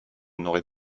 n’aurais